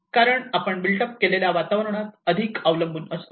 कारण आपण built up केलेल्या वातावरणावर अधिक अवलंबून असतो